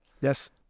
yes